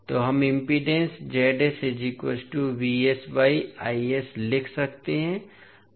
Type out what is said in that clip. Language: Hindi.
तो हम इम्पीडेन्स लिख सकते हैं